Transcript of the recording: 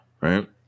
right